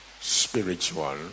Spiritual